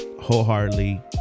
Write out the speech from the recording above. wholeheartedly